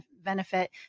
benefit